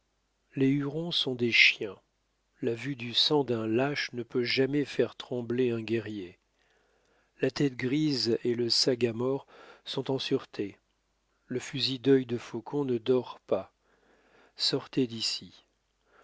les hurons sont des chiens la vue du sang d'un lâche ne peut jamais faire trembler un guerrier la tête grise et le sagamore sont en sûreté le fusil dœil de faucon ne dort pas sortez d'ici